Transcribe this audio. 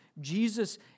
Jesus